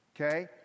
Okay